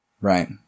Right